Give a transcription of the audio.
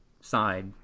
side